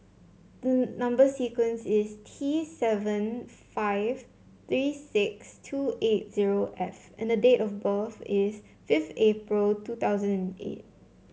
the number sequence is T seven five three six two eight zero F and the date of birth is fifth April two thousand eight